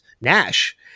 Nash